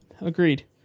agreed